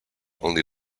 only